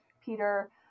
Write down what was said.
Peter